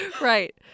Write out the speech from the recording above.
Right